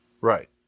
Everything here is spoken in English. Right